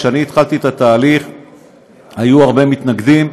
כשאני התחלתי את התהליך היו הרבה מתנגדים,